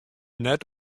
net